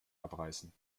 abreißen